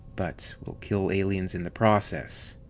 but we'll kill aliens in the process.